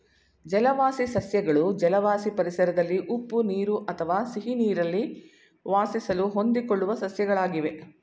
ಜಲವಾಸಿ ಸಸ್ಯಗಳು ಜಲವಾಸಿ ಪರಿಸರದಲ್ಲಿ ಉಪ್ಪು ನೀರು ಅಥವಾ ಸಿಹಿನೀರಲ್ಲಿ ವಾಸಿಸಲು ಹೊಂದಿಕೊಳ್ಳುವ ಸಸ್ಯಗಳಾಗಿವೆ